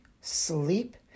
sleep